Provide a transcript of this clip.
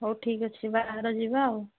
ହଉ ଠିକ୍ ଅଛି ବାହାର ଯିବା ଆଉ